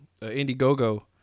Indiegogo